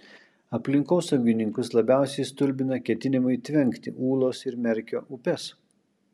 aplinkosaugininkus labiausiai stulbina ketinimai tvenkti ūlos ir merkio upes